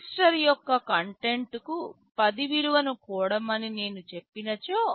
register యొక్క కంటెంట్కు 10 విలువను కూడమని నేను చెప్పినచో